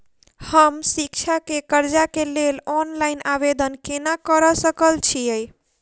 हम शिक्षा केँ कर्जा केँ लेल ऑनलाइन आवेदन केना करऽ सकल छीयै?